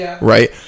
Right